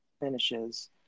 finishes